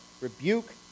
rebuke